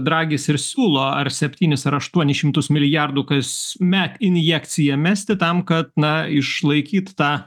dragis ir siūlo ar septynis ar aštuonis šimtus milijardų kasmet injekciją mesti tam kad na išlaikyt tą